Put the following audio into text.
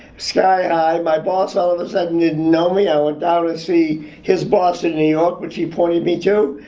sky high, my boss all of a sudden didn't know me, i went down to see his boss in new york, which he pointed me to,